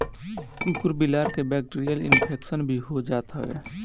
कुकूर बिलार के बैक्टीरियल इन्फेक्शन भी हो जात हवे